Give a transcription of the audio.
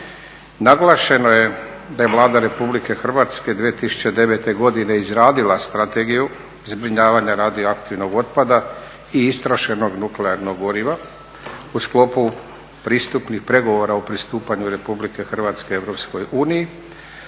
Naglašeno je da je Vlada Republike Hrvatske 2009. godine izradila Strategiju zbrinjavanja radioaktivnog otpada i istrošenog nuklearnog goriva u sklopu pristupnih pregovora o pristupanju Republike Hrvatske EU,